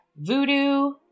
Voodoo